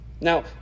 Now